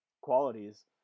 qualities